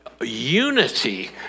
unity